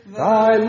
thy